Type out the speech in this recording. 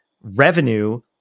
revenue